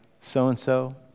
so-and-so